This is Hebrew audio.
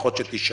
לפחות שתישמע.